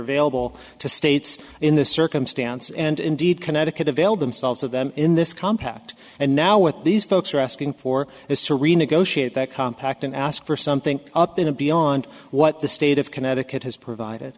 available to states in this circumstance and indeed connecticut availed themselves of them in this compact and now what these folks are asking for is to renegotiate that compact and ask for something up in a beyond what the state of connecticut has provided